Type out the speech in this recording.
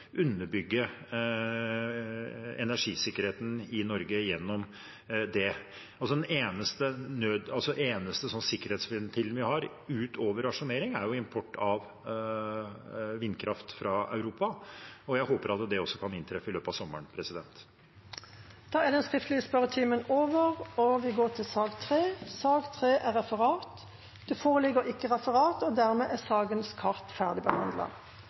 underbygge energisikkerheten i Norge gjennom det. Den eneste sikkerhetsventilen vi har, utover rasjonering, er jo import av vindkraft fra Europa, og jeg håper at det også kan inntreffe i løpet av sommeren. Da er